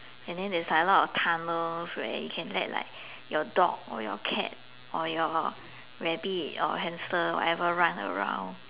and then there's like a lot of tunnels where you can let like your dog or your cat or your rabbit or hamster or whatever run around